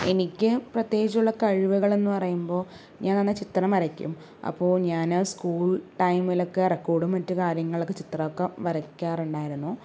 എനിക്ക് പ്രതേകിച്ച് ഉള്ള കഴിവുകൾ എന്ന് പറയുമ്പോൾ ഞാൻ നന്നായി ചിത്രം വരക്കും അപ്പോൾ ഞാനാ സ്കൂൾ ടൈമിൽ ഒക്കെ റെക്കോർഡും മറ്റു കാര്യങ്ങളൊക്കെ ചിത്രം ഒക്കെ വരക്കാറുണ്ടായിരുന്നു